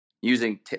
using